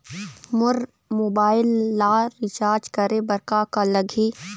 मोर mobile ला recharge करे बर का का लगही?